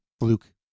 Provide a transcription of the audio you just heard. Luke